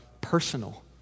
personal